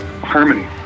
harmony